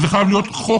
זה חייב להיות בחוק.